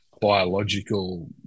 biological